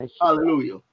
Hallelujah